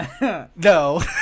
No